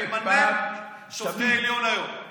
וממנה שופטי עליון היום.